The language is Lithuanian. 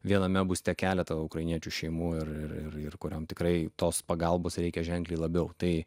viename būste keletą ukrainiečių šeimų ir ir ir ir kuriom tikrai tos pagalbos reikia ženkliai labiau tai